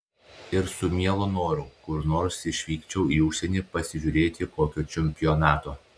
ir su mielu noru kur nors išvykčiau į užsienį pasižiūrėti kokio čempionato